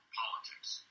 politics